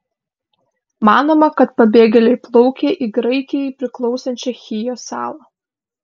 manoma kad pabėgėliai plaukė į graikijai priklausančią chijo salą